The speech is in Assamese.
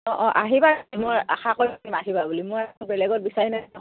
অঁ অঁ আহিবা মই আশা কৰিম আহিবা বুলি মই বেলেগত বিচাৰি নাযাওঁ